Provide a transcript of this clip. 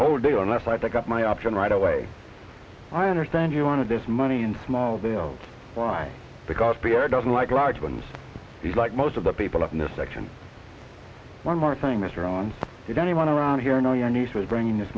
whole deal unless i got my option right away i understand you wanted this money and small deal why because pierre doesn't like large ones like most of the people up in this section one more thing mr on if anyone around here know your niece is bringing this